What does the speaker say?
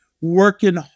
working